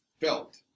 felt